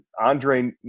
Andre